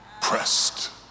pressed